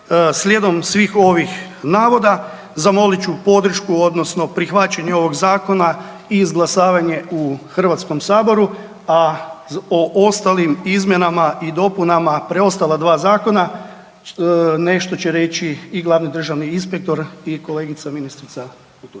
slijedom svih ovih navoda zamolit ću podršku odnosno prihvaćanje ovog zakona i izglasavanje u HS, a o ostalim izmjenama i dopunama preostala dva zakona nešto će reći i glavni državni inspektor i kolegica ministrica